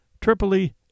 Tripoli